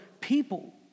people